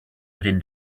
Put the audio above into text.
within